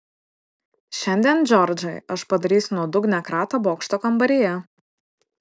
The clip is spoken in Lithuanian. šiandien džordžai aš padarysiu nuodugnią kratą bokšto kambaryje